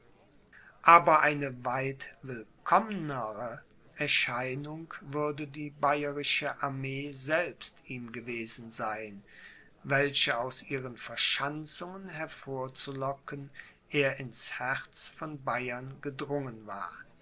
aber eine weit willkommnere erscheinung würde die bayerische armee selbst ihm gewesen sein welche aus ihren verschanzungen hervorzulocken er ins herz von bayern gedrungen war